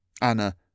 Anna